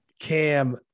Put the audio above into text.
Cam